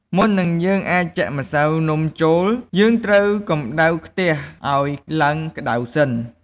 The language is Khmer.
មុននឹងយើងអាចចាក់ម្សៅនំចូល យើងត្រូវកម្តៅខ្ទះឱ្យឡើងក្តៅសិន។